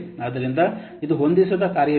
ಆದ್ದರಿಂದ ಇದು ಹೊಂದಿಸದ ಕಾರ್ಯ ಬಿಂದು